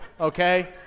Okay